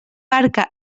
barca